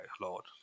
Lord